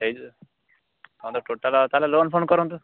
ସେହି ତ ତୁମେ ତ ଟୋଟାଲ ଆଉ ତା'ହେଲେ ଲୋନ୍ ଫୋନ୍ କରନ୍ତୁ